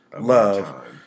love